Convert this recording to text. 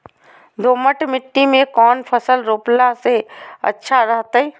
दोमट मिट्टी में कौन फसल रोपला से अच्छा रहतय?